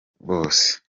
bose